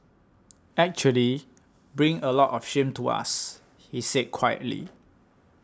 actually bring a lot of shame to us he said quietly